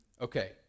Okay